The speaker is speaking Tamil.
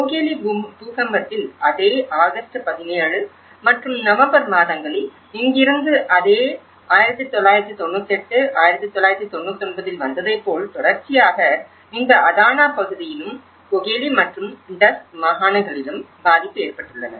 கோகேலி பூகம்பத்தில் அதே ஆகஸ்ட் 17 மற்றும் நவம்பர் மாதங்களில் இங்கிருந்து அதே 1998 1999இல் வந்ததைப்போல் தொடர்ச்சியாக இந்த அதானா பகுதியிலும் கோகெலி மற்றும் டஸ் மாகாணங்களிலும் பாதிப்பு ஏற்பட்டுள்ளன